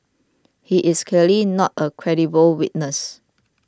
he is clearly not a credible witness